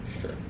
Sure